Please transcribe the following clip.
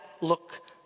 look